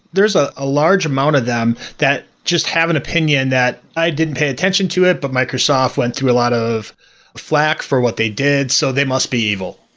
there's ah a large amount of them that just have an opinion that i didn't pay attention to it, but microsoft went through a lot of flak for what they did, so they must be evil.